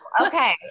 Okay